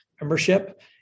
membership